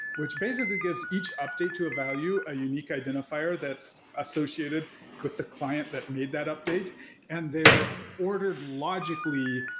which basically gives each update to a value a unique identifier that's associated with the client that made that update and they're order logically,